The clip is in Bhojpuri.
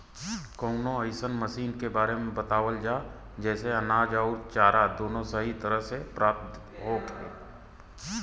कवनो अइसन मशीन के बारे में बतावल जा जेसे अनाज अउर चारा दोनों सही तरह से प्राप्त होखे?